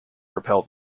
repel